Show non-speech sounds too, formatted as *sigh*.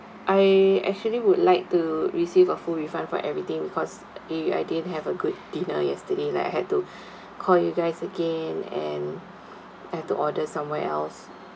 I actually would like to receive a full refund for everything because eh I didn't have a good dinner yesterday like I had to *breath* call you guys again and I had to order somewhere else